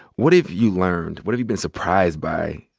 what have you learned? what have you been surprised by,